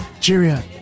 Cheerio